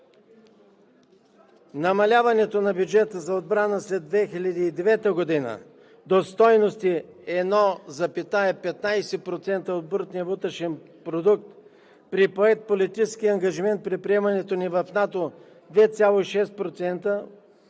Намаляването на бюджета за отбрана след 2009 г. до стойности 1,15% от брутния вътрешен продукт при поет политически ангажимент при приемането ни в НАТО 2,6%